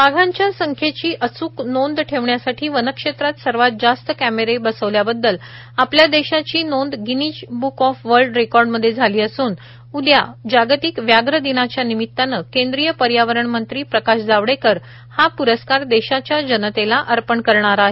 वाघांच्या संख्येची अच्क नोंद ठेवण्यासाठी वनक्षेत्रात सर्वात जास्त कॅमेरे बसवल्याबद्दल आपल्या देशाची नोंद Guinness Book of World Record मध्ये झाली असून उदया जागतिक व्याघ्र दिनाच्या निमित्तानं केंद्रीय पर्यावरण मंत्री प्रकाश जावडेकर हा प्रस्कार देशाच्या जनतेला अर्पण करणार आहेत